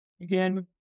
again